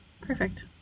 Perfect